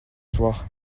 soir